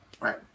Right